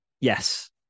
yes